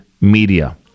media